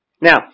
Now